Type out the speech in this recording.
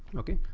okay,